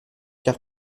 car